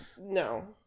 no